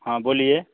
हाँ बोलिए